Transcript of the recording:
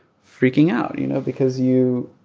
freaking out, you know, because you